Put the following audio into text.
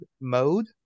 mode